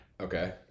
Okay